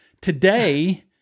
today